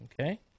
Okay